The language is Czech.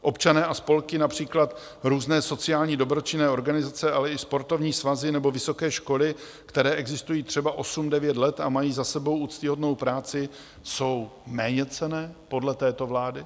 Občané a spolky, například různé sociální, dobročinné organizace, ale i sportovní svazy nebo vysoké školy, které existují třeba 8, 9 let a mají za sebou úctyhodnou práci, jsou méněcenné podle této vlády?